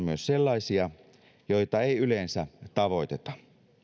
myös sellaisia joita ei yleensä tavoiteta